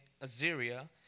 Assyria